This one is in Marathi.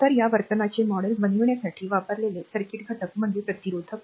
तर या वर्तनाचे मॉडेल बनविण्यासाठी वापरलेले सर्किट घटक म्हणजे प्रतिरोधक